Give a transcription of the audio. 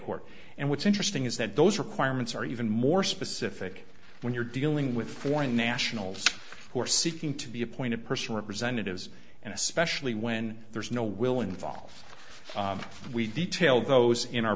court and what's interesting is that those requirements are even more specific when you're dealing with foreign nationals who are seeking to be appointed person representatives and especially when there is no will involve we detail those in our